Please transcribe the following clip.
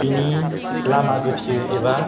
बिनि लामा गोथेयो एबा